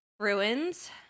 Ruins